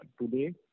today